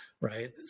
right